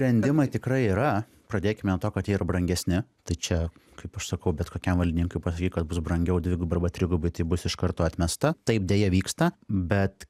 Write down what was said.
sprendimai tikrai yra pradėkime nuo to kad jie yra brangesni tai čia kaip aš sakau bet kokiam valdininkui pasakyk kad bus brangiau dvigubai arba trigubai tai bus iš karto atmesta taip deja vyksta bet